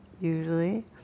usually